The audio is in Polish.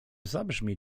zabrzmi